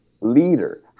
leader